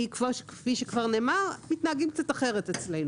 כפי שכבר נאמר, מתנהגים קצת אחרת אצלנו.